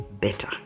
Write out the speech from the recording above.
better